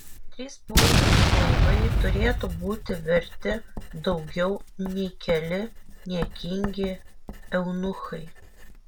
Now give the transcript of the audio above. trys puikūs laivai turėtų būti verti daugiau nei keli niekingi eunuchai